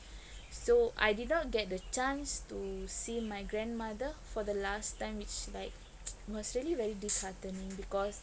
so I did not get the chance to see my grandmother for the last time it's like was really very disheartening because